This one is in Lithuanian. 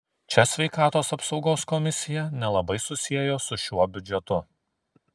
čia sveikatos apsaugos komisija nelabai susiejo su šiuo biudžetu